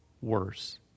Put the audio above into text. worse